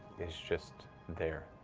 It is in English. is just there,